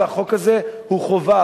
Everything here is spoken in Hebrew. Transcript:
והחוק הזה הוא חובה,